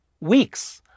weeks